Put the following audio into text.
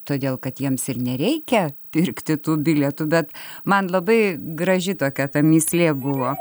todėl kad jiems ir nereikia pirkti tų bilietų bet man labai graži tokia ta mįslė buvo